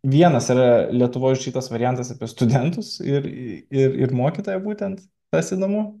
vienas yra lietuvoj šitas variantas apie studentus ir ir ir mokytoją būtent tas įdomu